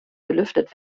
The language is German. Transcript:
belüftet